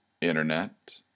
internet